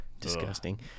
disgusting